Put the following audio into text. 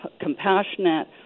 compassionate